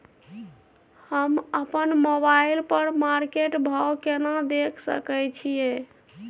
हम अपन मोबाइल पर मार्केट भाव केना देख सकै छिये?